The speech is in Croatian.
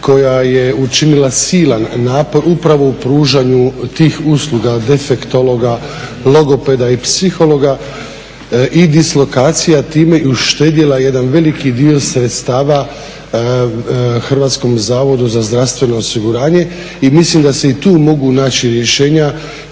koja je učinila silan napor upravo u pružanju tih usluga defektologa, logopeda i psihologa i dislokacija i time je uštedjela jedan veliki dio sredstava HZMO-u i mislim da se i tu mogu naći rješenje